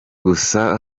gusa